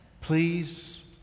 Please